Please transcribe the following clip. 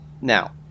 Now